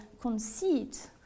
conceit